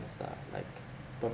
is uh like